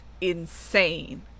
insane